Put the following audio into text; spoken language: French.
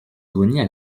grenier